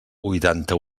huitanta